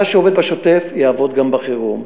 מה שעובד בשוטף יעבוד גם בחירום.